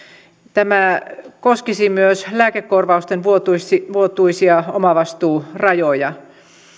tämä koskisi myös lääkekorvausten vuotuisia vuotuisia omavastuurajoja